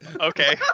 okay